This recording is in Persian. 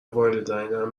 والدینم